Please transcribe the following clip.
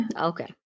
Okay